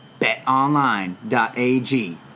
betonline.ag